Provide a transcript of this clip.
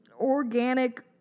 organic